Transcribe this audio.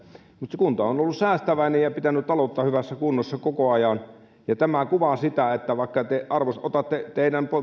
mutta kunta on ollut säästäväinen ja pitänyt taloutta hyvässä kunnossa koko ajan tämä kuvaa sitä että teidän